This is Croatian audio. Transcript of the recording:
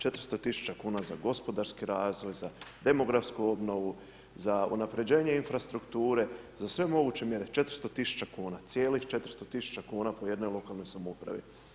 400.000 kuna za gospodarski razvoj, za demografsku obnovu, za unapređenje infrastrukture, za sve moguće mjere 400.000 kuna, cijelih 400.000 kuna po jednoj lokalnoj samoupravi.